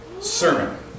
sermon